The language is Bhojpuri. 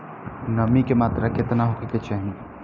नमी के मात्रा केतना होखे के चाही?